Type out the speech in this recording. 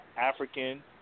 African